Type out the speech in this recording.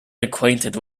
acquainted